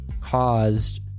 caused